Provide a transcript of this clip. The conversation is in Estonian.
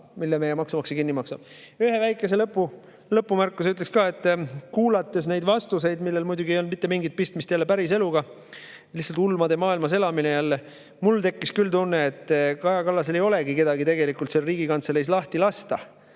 mille meie maksumaksja kinni maksab. Ühe väikese lõpumärkuse ütleks ka. Kuulates neid vastuseid, millel muidugi ei olnud mitte mingit pistmist päriseluga, lihtsalt ulmade maailmas elamine jälle, mul tekkis küll tunne, et Kaja Kallasel ei ole tegelikult Riigikantseleist lahti lasta